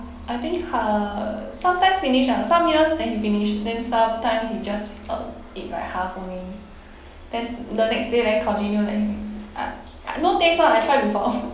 I think uh sometimes finish ah some years then he finish then sometimes he just um eat like half only then the next day then continue then ah no taste one I try before